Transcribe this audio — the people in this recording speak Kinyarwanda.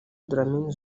dlamini